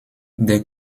der